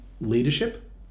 leadership